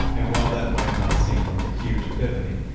and while that might not seem like a huge epiphany,